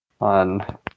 on